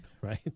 Right